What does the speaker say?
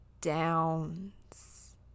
downs